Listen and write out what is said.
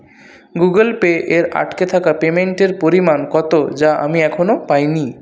Google Pay এর আটকে থাকা পেমেন্টের পরিমাণ কত যা আমি এখনও পাই নি